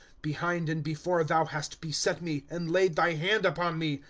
behind and before thou hast beset me, and laid thy hand upon me.